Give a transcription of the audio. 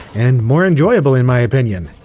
and more enjoyable in my opinion.